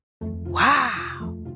Wow